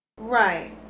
right